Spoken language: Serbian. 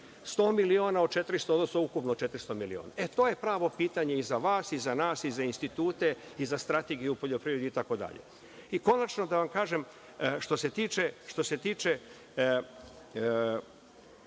100 miliona od 400, odnosno ukupno 400 miliona. To je pravo pitanje i za vas i za nas i za institute i za strategiju u poljoprivredi itd. Konačno, da vam kažem, što se tiče